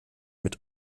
mit